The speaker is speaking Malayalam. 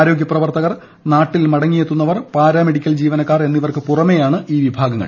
ആരോഗ്യപ്രവർത്തകർ നാട്ടിൽ മടങ്ങിയെത്തുന്നവർ പാരാമെഡിക്കൽ ജീവനക്കാർ എന്നിവർക്കു പുറമെയാണ് ഈ വിഭാഗങ്ങൾ